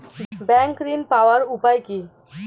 Bank ঋণ পাওয়ার উপায় কি?